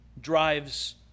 drives